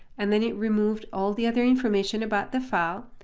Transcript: and then it removed all the other information about the file,